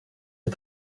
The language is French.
est